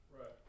right